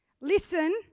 Listen